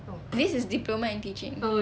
this is diploma in teaching